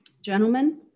gentlemen